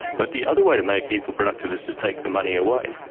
but the other way to make people productive is to take the money away.